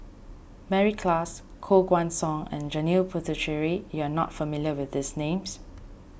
Mary Klass Koh Guan Song and Janil Puthucheary you are not familiar with these names